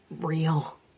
real